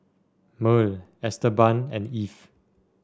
Merl Esteban and Eve